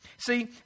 See